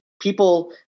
People